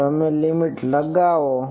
હવે તમે લીમીટ લગાવો